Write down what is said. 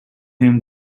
him